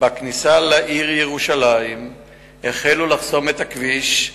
בכניסה לעיר ירושלים והחלו לחסום את הכביש.